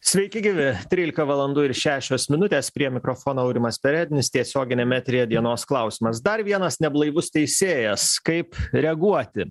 sveiki gyvi trylika valandų ir šešios minutės prie mikrofono aurimas perednis tiesioginiame eteryje dienos klausimas dar vienas neblaivus teisėjas kaip reaguoti